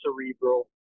cerebral